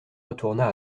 retourna